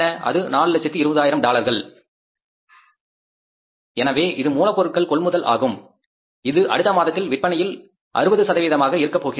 அது 420000 டாலர்களாக இருக்கப்போகின்றது எனவே இது மூலப்பொருட்கள் கொள்முதல் ஆகும் இது அடுத்த மாதத்தில் விற்பனையில் 60 சதவீதமாக இருக்கப் போகின்றது